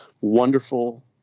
wonderful